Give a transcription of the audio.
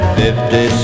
fifty